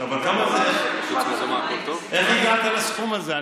איך הגעת לסכום הזה?